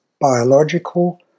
biological